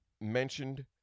mentioned